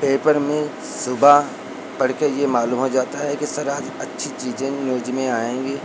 paper में सुबह पढ़कर यह मालूम हो जाता है कि सर आज अच्छी चीज़ें न्यूज में आएँगी